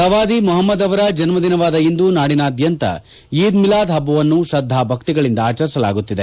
ಪ್ರವಾದಿ ಮೊಹಮ್ನದ್ ಅವರ ಜನ್ಸದಿನವಾದ ಇಂದು ನಾಡಿನಾದ್ಯಂತ ಈದ್ ಮಿಲಾದ್ ಹಬ್ಲವನ್ನು ತ್ರದ್ದಾಭಕ್ಷಿಗಳಿಂದ ಆಚರಿಸಲಾಗುತ್ತಿದೆ